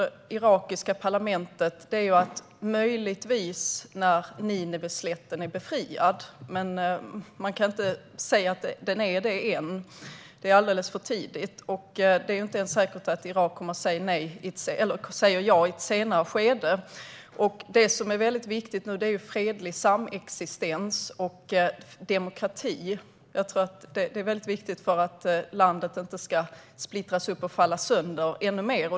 Det irakiska parlamentet har sagt att det möjligtvis kan bli av när Nineveslätten är befriad. Men det kan man inte säga att den är ännu - det är alldeles för tidigt - och det är inte ens säkert att Irak kommer att säga ja i ett senare skede. Det som är viktigt nu är fredlig samexistens och demokrati. Detta är viktigt för att landet inte ska splittras upp och falla sönder ännu mer.